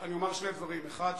אני אומר שני דברים: האחד,